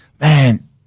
man